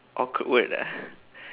awkward ah